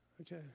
Okay